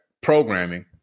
programming